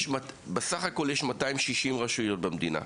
בסך הכל יש כ-258 רשויות במדינה.